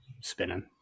spinning